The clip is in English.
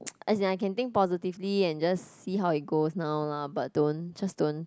as in I can think positively and just see how it goes now lah but don't just don't